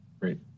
Great